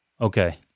Okay